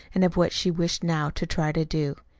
and of what she wished now to try to do.